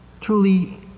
Truly